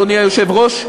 אדוני היושב-ראש,